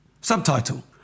Subtitle